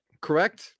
correct